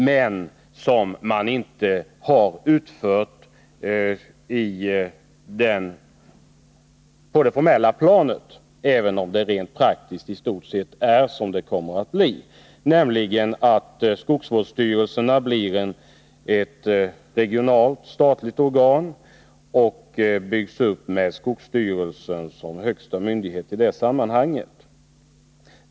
Den har inte utformats formellt — även om det rent praktiskt i stort sett redan är som det föreslås bli, nämligen att skogsvårdsstyrelserna blir regionala statliga organ med skogsstyrelsen som högsta myndighet.